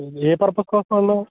A purpose కోసమండి